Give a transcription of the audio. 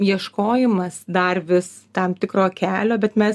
ieškojimas dar vis tam tikro kelio bet mes